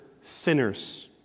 sinners